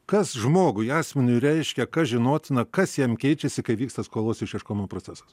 kas žmogui asmeniui reiškia kas žinotina kas jam keičiasi kai vyksta skolos išieškojimo procesas